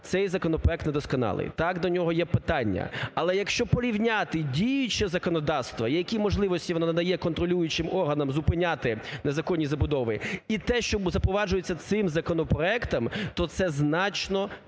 це є законопроект недосконалий, так, до нього є питання. Але якщо порівняти діюче законодавство, які можливості воно надає контролюючим органам зупиняти незаконні забудови, і те, що запроваджується цим законопроектом, то це значно краще.